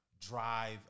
drive